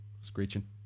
screeching